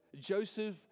Joseph